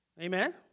Amen